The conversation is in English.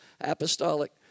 Apostolic